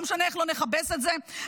לא משנה איך נכבס את זה,